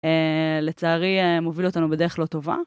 לצערי מוביל אותנו בדרך לא טובה.